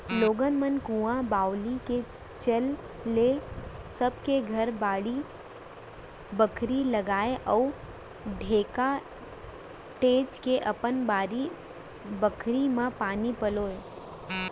लोगन मन कुंआ बावली के चल ले सब के घर बाड़ी बखरी लगावय अउ टेड़ा टेंड़ के अपन बारी बखरी म पानी पलोवय